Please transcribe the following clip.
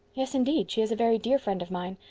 yes, indeed, she is a very dear friend of mine,